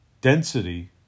density